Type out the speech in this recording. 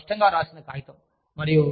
ఇది చాలా స్పష్టంగా వ్రాసిన కాగితం